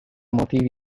motivi